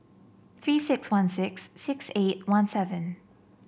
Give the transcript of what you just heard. Three six one six six eight one seven